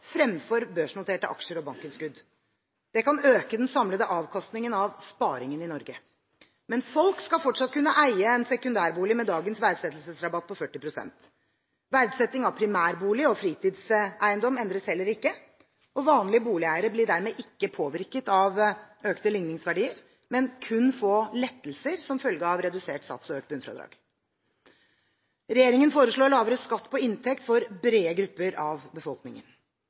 fremfor børsnoterte aksjer og bankinnskudd. Det kan øke den samlede avkastningen av sparingen i Norge. Folk skal fortsatt kunne eie en sekundærbolig med dagens verdsettelsesrabatt på 40 pst. Verdsettingen av primærbolig og fritidseiendom endres heller ikke, og vanlige boligeiere blir dermed ikke påvirket av økte ligningsverdier, men vil kun få lettelser som følge av redusert sats og økt bunnfradrag. Regjeringen foreslår lavere skatt på inntekt for brede grupper av befolkningen.